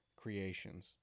creations